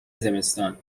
زمستان